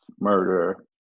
murder